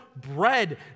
bread